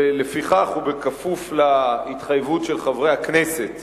ולפיכך, וכפוף להתחייבות של חברי הכנסת